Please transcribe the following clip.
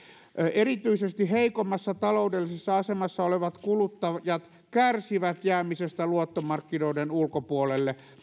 erityisesti heikommassa taloudellisessa asemassa olevat kuluttajat kärsivät jäämisestä luottomarkkinoiden ulkopuolelle